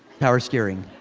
power steering.